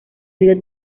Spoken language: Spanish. río